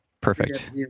perfect